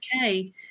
okay